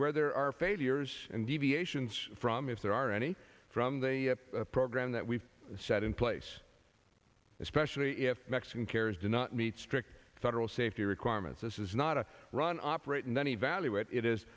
where there are failures and deviations from if there are any from the program that we've set in place especially if mexican carriers do not meet strict federal safety requirements this is not a run operate and then evaluate it is